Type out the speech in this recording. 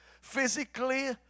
physically